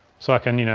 so i can, you know